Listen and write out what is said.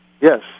Yes